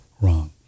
wrong